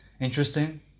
interesting